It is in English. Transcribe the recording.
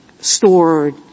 stored